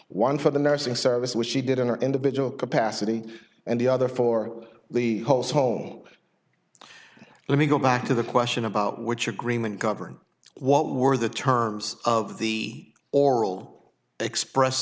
one for the nursing service which she did in our individual capacity and the other for the host home let me go back to the question about which agreement govern what were the terms of the oral express